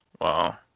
Wow